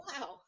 wow